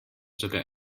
sogar